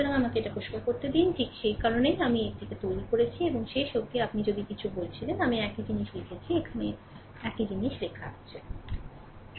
সুতরাং আমাকে এটি পরিষ্কার করতে দিন ঠিক সে কারণেই আমি এটি এটিকে তৈরি করেছি এবং শেষ অবধি আপনি যদি যা কিছু বলেছিলেন আমি একই জিনিস লিখেছি এখানে এখানে একই জিনিস লেখা আছে ঠিক আছে